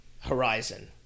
Horizon